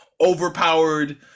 overpowered